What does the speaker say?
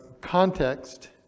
context